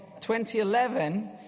2011